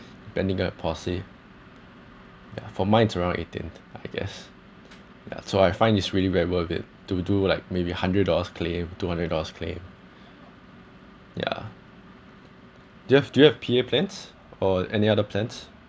depending on the policy yeah for mine is around eighteen I guess yeah so I find it's really very worth it to do like maybe a hundred dollars claim two hundred dollars claim yeah do you have do you have P_A plans or any other plans